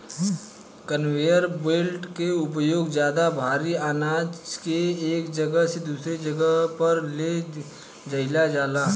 conveyor belt के उपयोग ज्यादा भारी आनाज के एक जगह से दूसरा जगह पर ले जाईल जाला